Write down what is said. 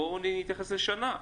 בואו נתייחס לשנה.